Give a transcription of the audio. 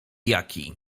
jaki